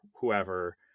whoever